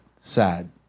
sad